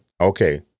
okay